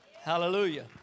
Hallelujah